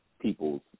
people's